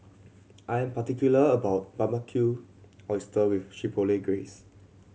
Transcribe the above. I am particular about Barbecued Oyster with Chipotle Glaze